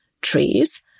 trees